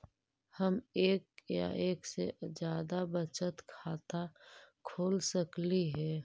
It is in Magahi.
हम एक या एक से जादा बचत खाता खोल सकली हे?